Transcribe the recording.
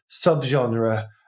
subgenre